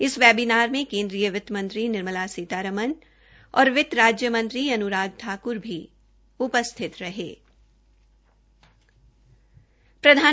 इस वेबीनार में केन्द्रीय वित्त मंत्री निर्मला सीतारमन और वित्त राज्य मंत्री अनुराग ठाकुर ने शिरकत की